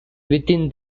within